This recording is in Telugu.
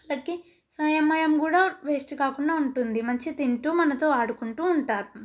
తగ్గి సమయం కూడా వేస్ట్ కాకుండా ఉంటుంది మంచిగా తింటు మనతో ఆడుకుంటు ఉంటారు